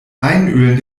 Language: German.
einölen